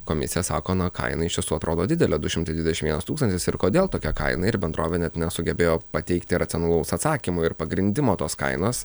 komisija sako na kaina iš tiesų atrodo didelė du šimtai dvidešim vienas tūkstantis ir kodėl tokia kaina ir bendrovė net nesugebėjo pateikti racionalaus atsakymo ir pagrindimo tos kainos